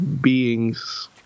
beings